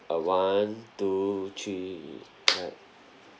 uh one two three clap